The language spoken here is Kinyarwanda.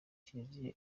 kiliziya